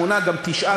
8 וגם 9 דולר.